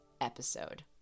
episode